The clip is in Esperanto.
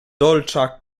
dolĉa